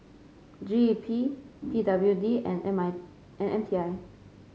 G E P P W D and M I and M T I